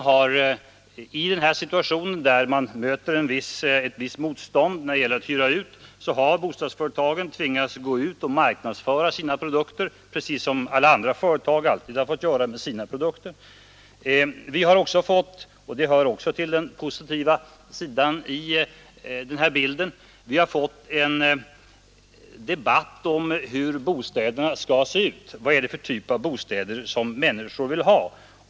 Företagen har när de nu mött ett visst hyresmotstånd tvingats gå ut och marknadsföra sina produkter, precis per nsk Ks är bsr som alla andra företag alltid har fått göra med sina produkter. Dessutom Om åtgärder för att har debatten mer än tidigare kommit att handla om hur bostäderna skall främja uthyrningen se ut. Vad är det för typ av bostäder som människor vill ha?